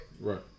Right